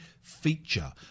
feature